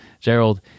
Gerald